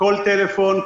וכל טלפון,